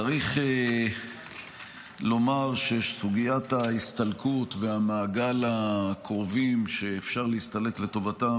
צריך לומר שסוגיית ההסתלקות ומעגל הקרובים שאפשר להסתלק לטובתם